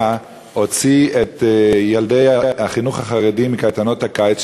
את ילדי החינוך החרדי מקייטנות הקיץ,